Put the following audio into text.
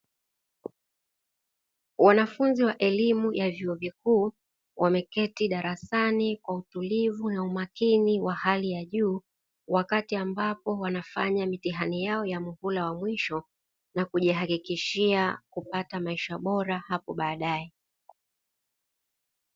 Wanafunzi wa elimu ya vyuo vikuu, wameketi darasani kwa utulivu na umakini wa hali ya juu, wakati ambapo wanafanya mitihani yao ya muhula wa mwisho na kujihakikishia kupata maisha bora hapo baadaye.